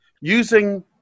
using